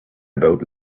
about